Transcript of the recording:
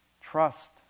Trust